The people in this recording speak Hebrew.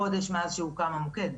חודש מאז שהוקם המוקד.